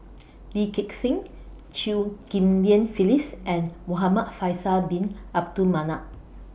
Lee Gek Seng Chew Ghim Lian Phyllis and Muhamad Faisal Bin Abdul Manap